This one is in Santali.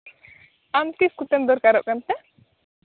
ᱟᱢ ᱛᱤᱥ ᱠᱚᱛᱮᱢ ᱫᱚᱨᱠᱟᱨᱚᱜ ᱠᱟᱱ ᱛᱮ